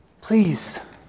Please